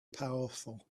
powerful